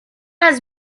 has